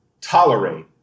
tolerate